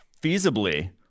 feasibly